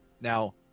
Now